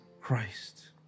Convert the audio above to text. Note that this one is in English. Christ